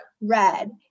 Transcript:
red